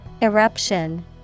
Eruption